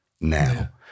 now